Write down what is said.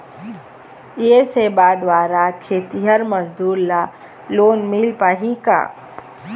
ये सेवा द्वारा खेतीहर मजदूर ला लोन मिल पाही का?